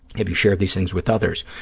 have you shared these things with others?